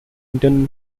internal